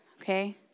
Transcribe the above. okay